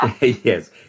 yes